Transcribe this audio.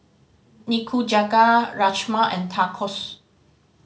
Nikujaga Rajma and Tacos